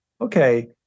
okay